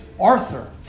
Arthur